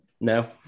No